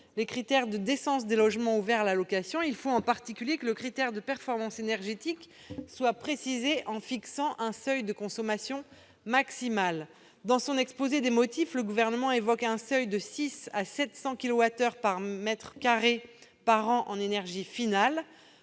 les critères de décence des logements ouverts à location. Il faut en particulier que le critère de performance énergétique soit précisé, en fixant un seuil de consommation maximale. Dans son exposé des motifs, le Gouvernement évoque un seuil de 600 à 700 kilowattheures par mètre carré et par an en énergie finale.